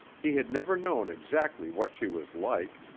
he had never known exactly what she was like,